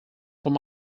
from